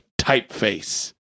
Typeface